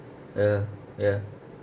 ah ya ya